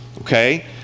Okay